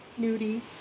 Nudie